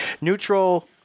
neutral